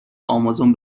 آمازون